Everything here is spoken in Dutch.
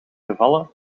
gevallen